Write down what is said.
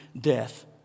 death